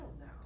now